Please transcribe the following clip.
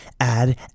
Add